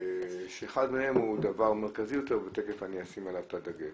אחד מהם הוא דבר מרכזי יותר ותיכף אני אשים עליו את הדגש.